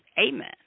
amen